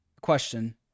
Question